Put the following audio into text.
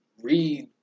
read